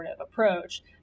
approach